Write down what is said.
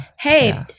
Hey